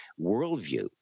worldview